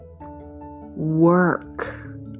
work